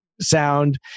sound